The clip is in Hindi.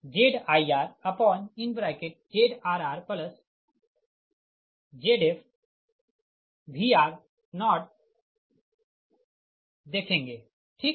तो समीकरण 11 का उपयोग करके VifVi0 ZirZrrZf Vr0 है ठीक